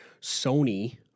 Sony